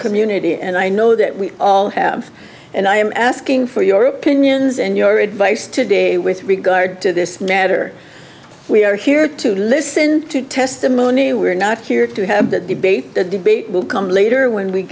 community and i know that we all have and i am asking for your opinions and your advice today with regard to this matter we are here to listen to testimony we're not here to have that debate the debate will come later when we